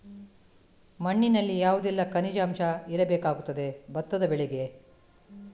ಮಣ್ಣಿನಲ್ಲಿ ಯಾವುದೆಲ್ಲ ಖನಿಜ ಅಂಶ ಇರಬೇಕಾಗುತ್ತದೆ ಭತ್ತದ ಬೆಳೆಗೆ?